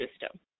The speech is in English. system